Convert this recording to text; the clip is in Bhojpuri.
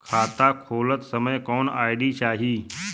खाता खोलत समय कौन आई.डी चाही?